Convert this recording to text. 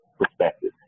perspective